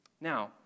Now